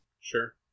Sure